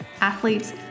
athletes